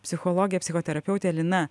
psichologė psichoterapeutė lina